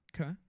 Okay